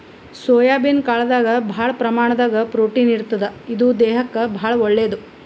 soybean ಕಾಳ್ದಾಗ್ ಭಾಳ್ ಪ್ರಮಾಣದಾಗ್ ಪ್ರೊಟೀನ್ ಇರ್ತದ್ ಇದು ದೇಹಕ್ಕಾ ಭಾಳ್ ಒಳ್ಳೇದ್